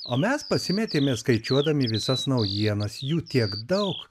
o mes pasimetėme skaičiuodami visas naujienas jų tiek daug